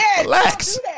Relax